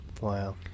Wow